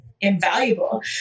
invaluable